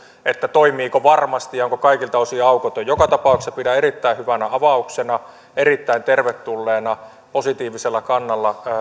toimiiko asia varmasti ja onko kaikilta osin aukoton joka tapauksessa pidän erittäin hyvänä avauksena erittäin tervetulleena positiivisella kannalla